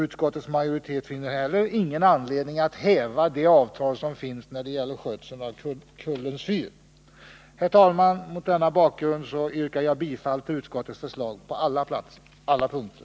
Utskottsmajoriteten finner heller ingen anledning att upphäva det avtal som finns när det gäller skötseln av Kullens fyr. Herr talman! Mot denna bakgrund yrkar jag bifall till utskottets hemställan på alla punkter.